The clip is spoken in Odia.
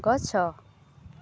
ଗଛ